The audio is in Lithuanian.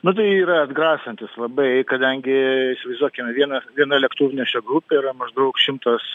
nu tai yra atgrasantis labai kadangi i įsivaizduokime vieną viena lėktuvnešio grupė yra maždaug šimtas